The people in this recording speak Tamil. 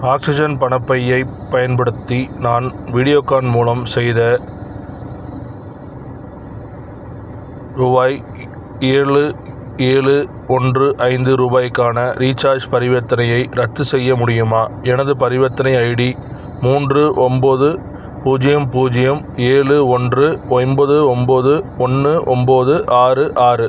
ஆக்ஸிஜன் பணப்பையைப் பயன்படுத்தி நான் வீடியோகான் மூலம் செய்த ரூபாய் ஏழு ஏழு ஒன்று ஐந்து ரூபாய்க்கான ரீசார்ஜ் பரிவர்த்தனையை ரத்து செய்ய முடியுமா எனது பரிவர்த்தனை ஐடி மூன்று ஒன்போது பூஜ்யம் பூஜ்யம் ஏழு ஒன்று ஒம்பது ஒம்பது ஒன்று ஒம்பது ஆறு ஆறு